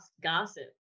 gossip